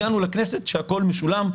הגענו לכנסת כשהכול משולם,